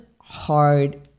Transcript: hard